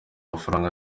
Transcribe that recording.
amafaranga